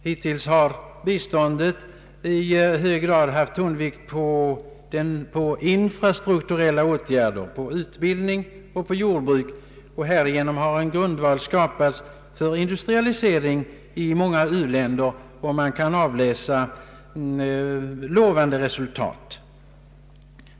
Hittills har biståndet i hög grad haft tonvikt på infrastrukturella åtgärder, på utbildning och jordbruk. Därigenom har en grundval skapats för industrialisering i många uländer, och man kan avläsa lovande resultat.